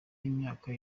y’imyaka